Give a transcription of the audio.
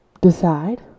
Decide